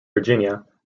virginia